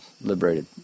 liberated